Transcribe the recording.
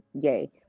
yay